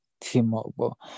T-Mobile